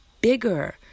bigger